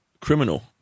criminal